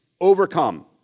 overcome